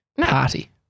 party